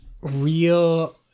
real